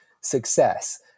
success